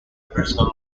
personal